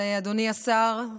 אדוני השר,